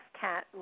cat